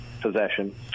possession